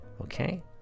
Okay